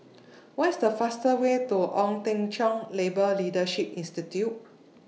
What IS The fastest Way to Ong Teng Cheong Labour Leadership Institute